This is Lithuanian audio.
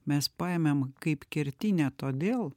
mes paėmėm kaip kertinę todėl